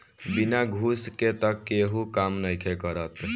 बिना घूस के तअ केहू काम नइखे करत